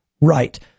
right